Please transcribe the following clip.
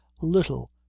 little